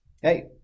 Hey